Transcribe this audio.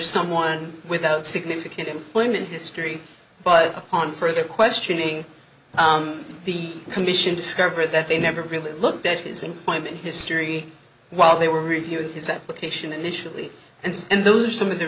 someone without significant employment history but upon further questioning the condition discovered that they never really looked at his employment history while they were reviewing his application initially and and those are some of the